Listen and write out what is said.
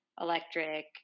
electric